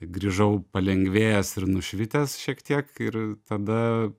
grįžau palengvėjęs ir nušvitęs šiek tiek ir tada